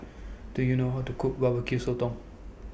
Do YOU know How to Cook Barbecue Sotong